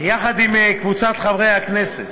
יחד עם קבוצת חברי הכנסת.